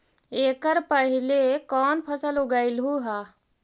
एकड़ पहले कौन फसल उगएलू हा?